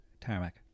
Tarmac